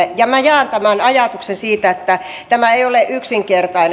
minä jaan tämän ajatuksen siitä että tämä ei ole yksinkertainen